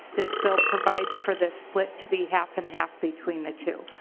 this bill provides for the split to be half and half between the two.